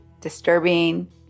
disturbing